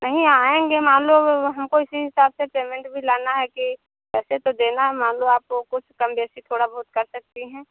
नहीं आऍंगे मान लो हमको इसी हिसाब से पेमेंट भी लाना है कि पैसे तो देना है मान लो आपको कुछ कम बेसी थोड़ा बहुत कर सकती हैं